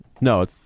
No